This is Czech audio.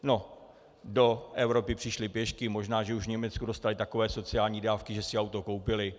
No, do Evropy přišli pěšky, možná že už v Německu dostali takové sociální dávky, že si auto koupili.